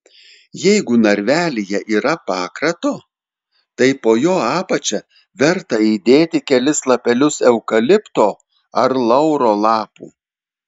jeigu narvelyje yra pakrato tai po jo apačia verta įdėti kelis lapelius eukalipto ar lauro lapų